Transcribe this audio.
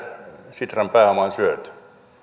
sitran pääoma on syöty